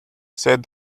said